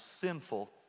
sinful